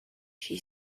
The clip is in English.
she